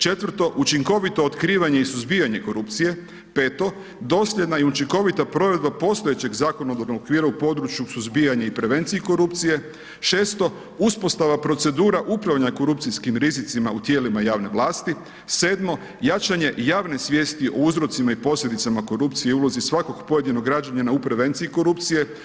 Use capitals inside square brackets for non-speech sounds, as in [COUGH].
Četvrto, učinkovito otkrivanje i suzbijanje korupcije, peto, dosljedna i učinkovita provedba postojećega Zakonodavnog okvira u području suzbijanja i prevenciji korupcije, šesto uspostava procedura upravljanjem korupcijskim rizicima u tijelima javnih vlasti, sedmo, jačanje javne svijesti o uzrocima i posljedicama korupcije i ulozima svakog pojedinog građanina … [UNINTELLIGIBLE] prevencije korupcije.